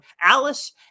Alice